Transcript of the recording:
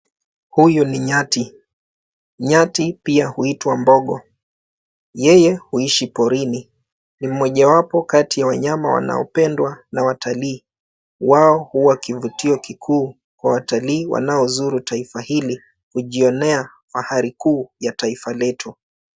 Huyu ni nyati. Nyati pia huitwa mbogo. Yeye huishi porini. Ni mojawapo kati ya wanyama wanaopendwa na watalii. Wao huwa kivutio kikuu kwa watalii wanaozuru taifa hili kujionea fahari kuu ya taifa letu.